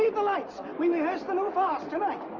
the the lights. we rehearse the new farce tonight.